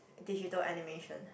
digital animation